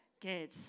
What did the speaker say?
Good